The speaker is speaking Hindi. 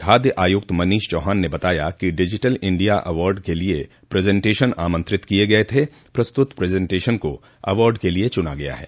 खाद्य आयुक्त मनीष चौहान ने बताया कि डिजिटल इंडिया अवार्डस के लिए प्रजेंटेशन आमंत्रित किये गये थे प्रस्तुत प्रजंटेशन को अवार्ड के लिये चूना गया है